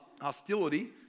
hostility